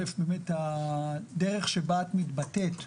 הדרך בה את מתבטאת,